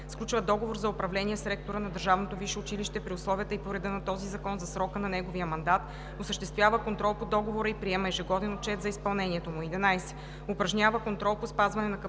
сключва договор за управление с ректора на държавното висше училище при условията и по реда на този закон за срока на неговия мандат, осъществява контрол по договора и приема ежегоден отчет за изпълнението му;